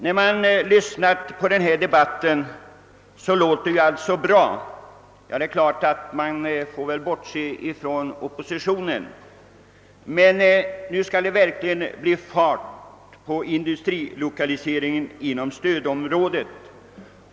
När man lyssnar till denna debatt låter det ju — vi får naturligtvis bortse från oppositionen — som om allt skall bli bra: nu skall det bli fart på industrilokaliseringen inom <:stödområdet.